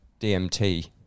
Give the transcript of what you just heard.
DMT